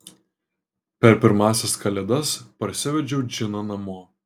per pirmąsias kalėdas parsivedžiau džiną namo